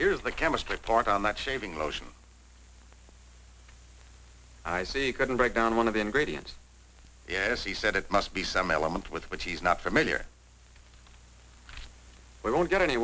here's the chemistry part on that shaving lotion i see you couldn't break down one of the ingredients yes he said it must be some element with which he's not familiar we won't get any